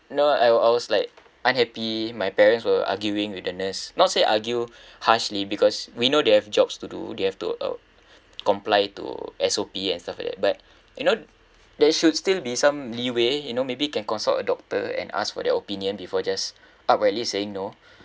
no I wa~ I was like unhappy my parents were arguing with the nurse not say argue harshly because we know they have jobs to do they have to uh comply to S_O_P and stuff like that but you know there should still be some leeway you know maybe can consult a doctor and ask for their opinion before just uprightly saying no